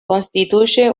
constituye